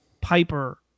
Piper